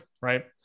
right